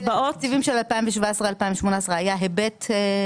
ולתקציבים של 2018-2017 היה היבט מהותי?